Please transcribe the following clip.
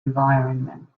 environment